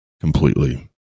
completely